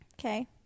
Okay